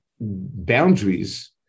boundaries